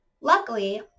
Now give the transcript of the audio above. Luckily